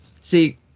See